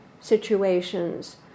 situations